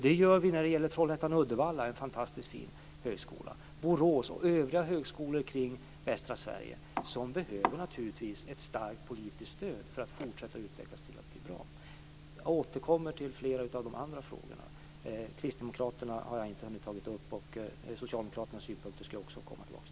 Det gör vi när det gäller Trollhättan/Uddevalla. Det är en fantastiskt fin högskola. Det gäller också Borås och övriga högskolor kring västra Sverige. De behöver ett starkt politiskt stöd för att fortsätta att utvecklas till att bli bra. Jag återkommer till flera av de andra frågorna. Jag har inte hunnit ta upp Kristdemokraternas fråga, och jag skall komma tillbaka till Socialdemokraternas synpunkter.